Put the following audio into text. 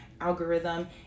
algorithm